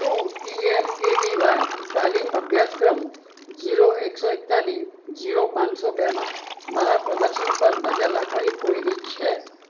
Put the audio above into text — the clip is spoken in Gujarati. શું પીએમકેવીવાય તાલીમ અભ્યાસક્રમ જીરો એકસો એકતાળીસ જીરો પાંચસો બેમાં મારા પ્રદર્શન પર નજર રાખવાની કોઈ રીત છે